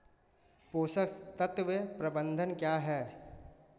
पोषक तत्व प्रबंधन क्या है?